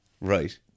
Right